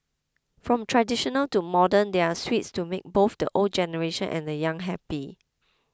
from traditional to modern there are sweets to make both the old generation and the young happy